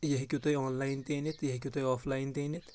یہِ ہیٚکِو تُہۍ آنلایِن تہِ أنِتھ یہِ ہیٚکِو تُہۍ آفلاین تہِ أنِتھ